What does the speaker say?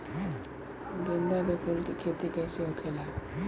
गेंदा के फूल की खेती कैसे होखेला?